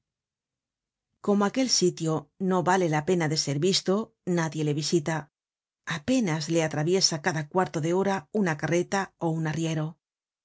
como aquel sito no vale la pena de ser visto nadie le visita apenas le atraviesa cada miarto do hora una carreta ó un arriero